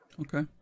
Okay